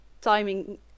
timing